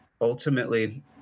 ultimately